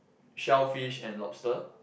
shell fish and lobster